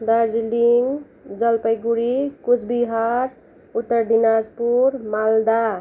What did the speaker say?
Darjeeling Jalpaiguri Coochbehar Uttar Dinajpur Malda